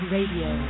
Radio